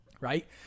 right